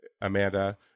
amanda